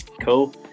Cool